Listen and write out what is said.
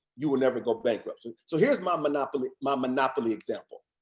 you will never go bankrupt. so here's my monopoly my monopoly example.